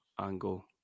angle